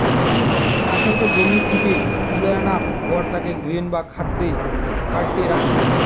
ফসলকে জমি থিকে তুলা আনার পর তাকে গ্রেন বা খাদ্য কার্টে রাখছে